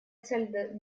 цель